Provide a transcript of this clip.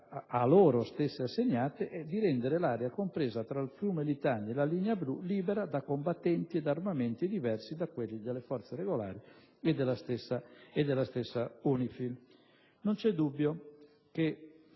a loro stesse assegnate e di rendere l'area compresa tra il fiume Litani e la Linea Blu "libera" da combattenti ed armamenti diversi da quelli delle forze regolari libanesi e della stessa UNIFIL. Da più parti